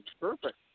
perfect